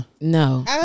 No